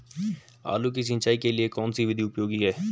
आलू की सिंचाई के लिए कौन सी विधि उपयोगी है?